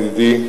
ידידי,